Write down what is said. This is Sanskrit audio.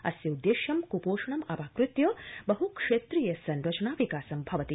अस्योददेश्यं क्पोषणम् अपाकृत्य बहक्षेत्रीय संरचना विकासं भवति